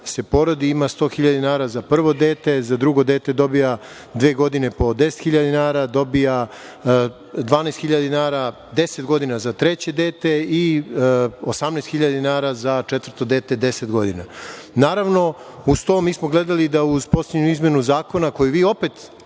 se porodi ima 100.000 dinara za prvo dete, za drugo dete dobija dve godine po 10.000 dinara, dobija 12.000 dinara 10 godina za treće dete i 18.000 dinara za četvrto dete 10 godina. Naravno, uz to, mi smo gledali da uz poslednju izmenu zakona, koju vi opet,